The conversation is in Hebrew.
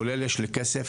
כולל יש לי כסף,